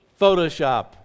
Photoshop